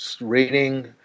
reading